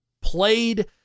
played